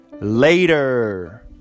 later